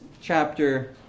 chapter